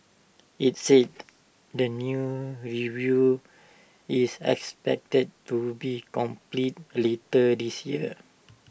IT said the new review is expected to be completed litter this year